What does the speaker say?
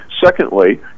secondly